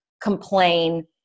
complain